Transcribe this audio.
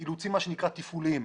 מה שנקרא אילוצים תפעוליים.